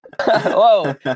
Whoa